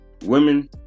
Women